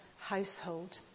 household